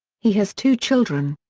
he has two children.